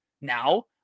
now